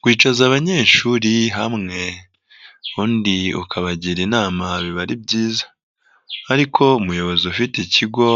Kwicaza abanyeshuri hamwe, ubundi ukabagira inama biba ari byiza ariko umuyobozi ufite ikigo